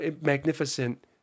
magnificent